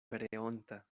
pereonta